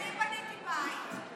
ווליד, אני בניתי בית,